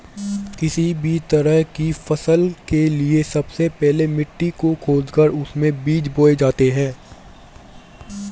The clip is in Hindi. किसी भी तरह की फसल के लिए सबसे पहले मिट्टी को खोदकर उसमें बीज बोए जाते हैं